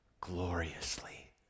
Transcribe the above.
gloriously